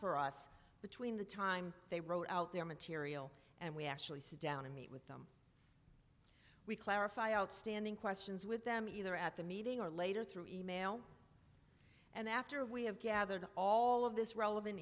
for us between the time they wrote out their material and we actually sit down and meet with them we clarify outstanding questions with them either at the meeting or later through e mail and after we have gathered all of this relevant